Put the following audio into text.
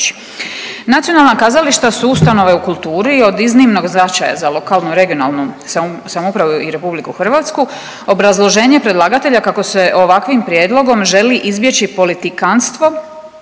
Nacionalna kazališta su ustanove u kulturi od iznimnog značaja za lokalnu, regionalnu samoupravu i Republiku Hrvatsku. Obrazloženje predlagatelja kako se ovakvim prijedlogom želi izbjeći politikanstvo